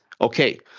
okay